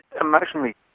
emotionally